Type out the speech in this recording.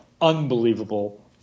unbelievable